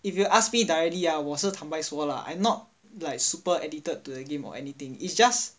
if you ask me directly ah 我是坦白说 lah I'm not like super addicted to that game or anything it's just